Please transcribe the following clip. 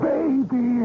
Baby